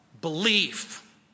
Belief